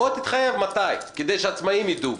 בוא תתחייב מתי, כדי שהעצמאים יידעו.